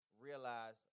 realize